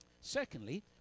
Secondly